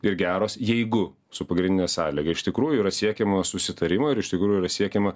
ir geros jeigu su pagrindine sąlyga iš tikrųjų yra siekiama susitarimo ir iš tikrųjų yra siekiama